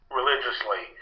religiously